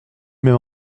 même